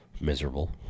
Miserable